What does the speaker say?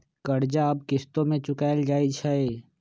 कर्जा अब किश्तो में चुकाएल जाई छई